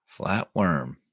Flatworm